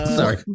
Sorry